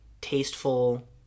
tasteful